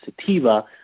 Sativa